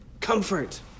comfort